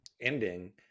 ending